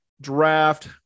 Draft